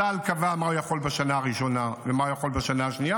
צה"ל קבע מה הוא יכול בשנה הראשונה ומה הוא יכול בשנה השנייה,